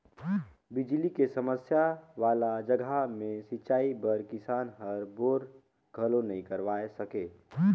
बिजली के समस्या वाला जघा मे सिंचई बर किसान हर बोर घलो नइ करवाये सके